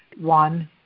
One